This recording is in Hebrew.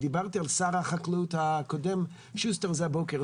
דיברתי עם שר החקלאות הקודם, שוסטר, על זה הבוקר.